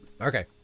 Okay